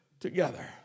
together